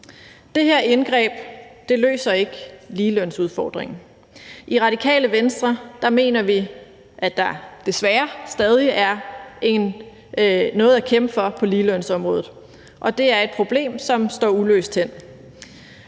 Det her indgreb løser ikke ligelønsudfordringen. I Radikale Venstre mener vi, at der desværre stadig er noget at kæmpe for på ligelønsområdet, og det er et problem, som står uløst hen.